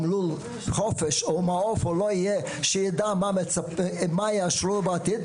לול חופש או מעוף יידע מה יאשרו לו בעתיד.